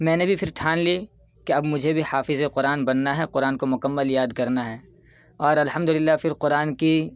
میں نے بھی پھر ٹھان لی کہ اب مجھے بھی حافظِ قرآن بننا ہے قرآن کو مکمل یاد کرنا ہے اور الحمدللہ پھر قرآن کی